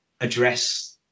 address